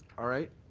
all right.